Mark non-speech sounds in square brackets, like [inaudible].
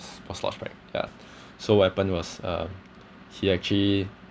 pouch slouch bag yeah [breath] so what happened was um he actually